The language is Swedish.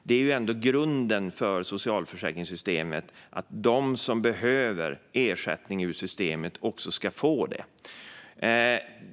Det är ändå grunden för socialförsäkringssystemet att de som behöver ersättning ur systemet också ska få det.